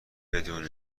بدون